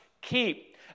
keep